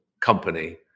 company